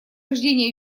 рождения